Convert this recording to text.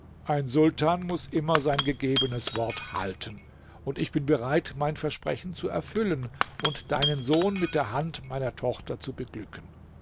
ein sultan muß immer sein gegebenes wort halten und ich bin bereit mein versprechen zu erfüllen und deinen sohn mit der hand meiner tochter zu beglücken